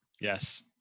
Yes